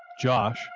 Josh